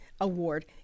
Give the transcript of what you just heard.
Award